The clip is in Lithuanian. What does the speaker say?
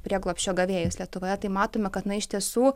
prieglobsčio gavėjus lietuvoje tai matome kad na iš tiesų